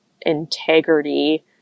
integrity